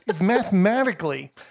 mathematically